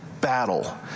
battle